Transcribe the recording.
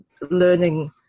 learning